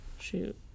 Shoot